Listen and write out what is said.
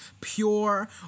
pure